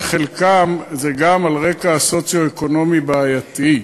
שחלקם זה גם על רקע סוציו-אקונומי בעייתי.